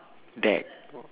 dag